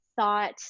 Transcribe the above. thought